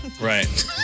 Right